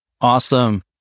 awesome